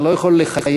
אני לא יכול לחייב,